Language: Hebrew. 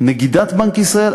נגידת בנק ישראל,